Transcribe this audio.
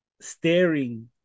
staring